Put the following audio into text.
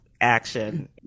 action